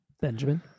Benjamin